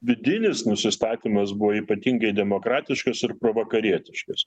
vidinis nusistatymas buvo ypatingai demokratiškas ir provakarietiškas